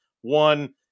one